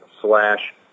slash